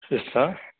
yes sir